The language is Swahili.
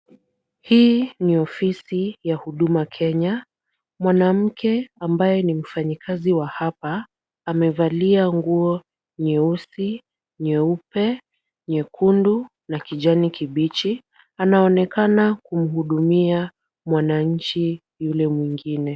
Hii ni ofisi ya Huduma Kenya. Mwanamke ambaye nimfanyikazi wa hapa, amevalia nguo nyeusi, nyeupe, nyekundu, na kijani kibichi. Anaonekana kumhudumia mwananchi yule mwingine.